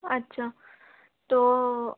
আচ্ছা তো